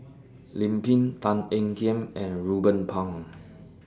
Lim Pin Tan Ean Kiam and Ruben Pang